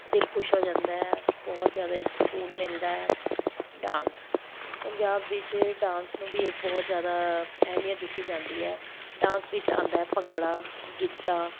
ਦਿਲ ਖੁਸ਼ ਹੋ ਜਾਂਦਾ ਹੈ ਬਹੁਤ ਜ਼ਿਆਦਾ ਇੱਕ ਸਕੂਨ ਮਿਲਦਾ ਹੈ ਡਾਂਸ ਪੰਜਾਬ ਵਿੱਚ ਡਾਂਸ ਨੂੰ ਵੀ ਇੱਕ ਬਹੁਤ ਜ਼ਿਆਦਾ ਅਹਿਮੀਅਤ ਦਿੱਤੀ ਜਾਂਦੀ ਹੈ ਡਾਂਸ ਵਿੱਚ ਆਉਂਦਾ ਹੈ ਭੰਗੜਾ ਗਿੱਧਾ